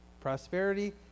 prosperity